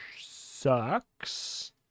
sucks